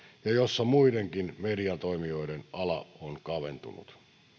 ja jossa muidenkin mediatoimijoiden ala on kaventunut